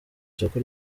soko